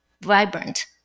vibrant